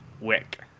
Wick